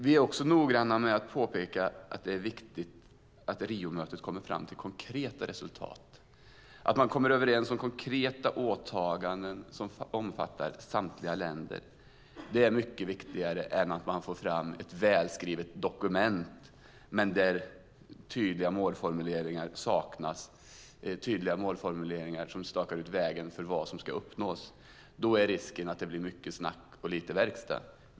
Vi är också noggranna med att påpeka att det är viktigt att Rio-mötet kommer fram till konkreta resultat. Att man kommer överens om konkreta åtaganden som omfattar samtliga länder är mycket viktigare än att man får fram ett välskrivet dokument där det saknas tydliga målformuleringar som stakar ut vägen för vad som ska uppnås. Då är risken att det blir mycket snack och lite verkstad.